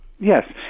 Yes